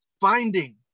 finding